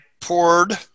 poured